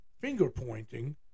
finger-pointing